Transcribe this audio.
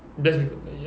that's